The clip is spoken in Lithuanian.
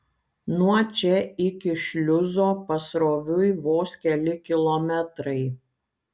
nuo čia iki šliuzo pasroviui vos keli kilometrai